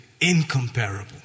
incomparable